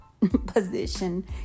position